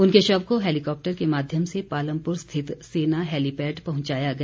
उनके शव को हैलीकॉप्टर के माध्यम से पालमपुर स्थित सेना हैलीपैड पहुंचाया गया